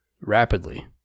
Rapidly